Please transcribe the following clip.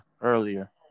earlier